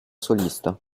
solista